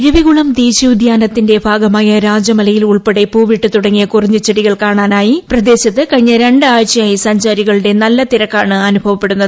ഇരവികുളം ദേശീയോദ്യാനത്തിന്റെ ഭാഗമായ രാജമലയിൽ ഉൾപ്പെടെ പൂവിട്ടു തുടങ്ങിയ കുറിഞ്ഞിച്ചെടികൾ കാണാനായി പ്രദേശത്ത് കഴിഞ്ഞ രണ്ടാഴ്ചയായി സഞ്ചാരികളുടെ നല്ല തിരക്കാണ് അനുഭവപ്പെടുന്നത്